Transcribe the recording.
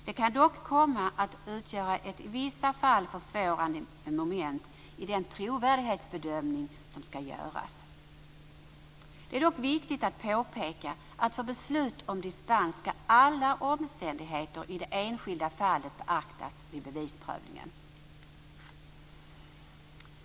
Det kan dock komma att utgöra ett i vissa fall försvårande moment i den trovärdighetsbedömning som skall göras. Det är dock viktigt att påpeka att för beslut om dispens skall alla omständigheter i det enskilda fallet beaktas vid bevisprövningen.